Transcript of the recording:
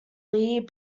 lee